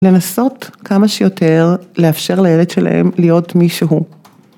לנסות כמה שיותר לאפשר לילד שלהם להיות מי שהוא.